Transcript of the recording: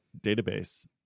database